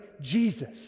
Jesus